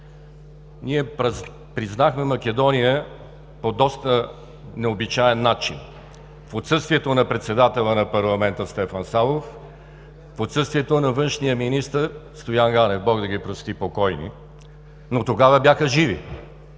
ние признахме Македония по доста необичаен начин. В отсъствието на председателя на парламента Стефан Савов, в отсъствието на външния министър Стоян Ганев – Бог да ги прости, покойни, но тогава бяха живи